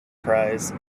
prize